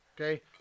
Okay